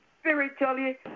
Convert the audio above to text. spiritually